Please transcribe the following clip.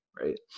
right